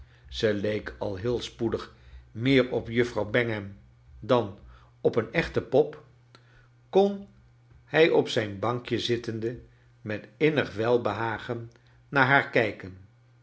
ze leek ai heel spoedig meer op juffrouw dang ham dan op een echte pop kon hij op zijn bankje zittendc met innig weihehagen naar haar kijken